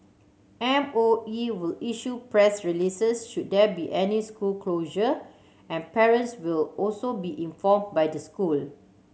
M O E will issue press releases should there be any school closures and parents will also be inform by the school